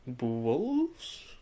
Wolves